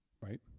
Right